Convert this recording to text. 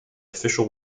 official